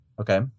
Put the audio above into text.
Okay